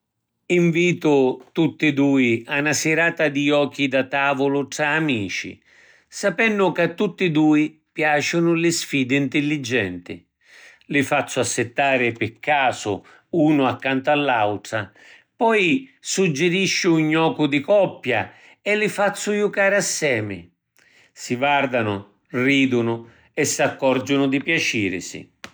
Invitu tutti dui a na sirata di jochi da tavulu tra amici, sapennu ca a tutti due piaciunu li sfidi ntilligenti. Li fazzu assittari pi casu unu accantu a l’autra. Poi suggirisciu ‘n jocu di coppia e li fazzu jucari assemi. Si vardanu, ridunu e s’accorgiunu di piacirisi.